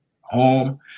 home